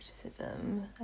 criticism